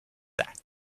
that